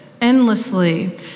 endlessly